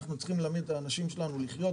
אנחנו צריכים ללמד את האנשים שלנו לחיות,